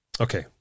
Okay